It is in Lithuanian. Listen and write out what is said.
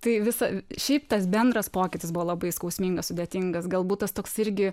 tai visa šiaip tas bendras pokytis buvo labai skausmingas sudėtingas galbūt tas toks irgi